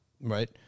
right